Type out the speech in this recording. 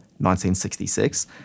1966